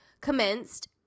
commenced